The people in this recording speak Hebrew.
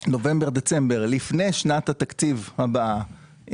נובמבר-דצמבר לפני שנת התקציב הבאה,